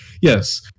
yes